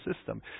system